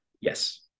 Yes